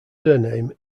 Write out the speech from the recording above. surname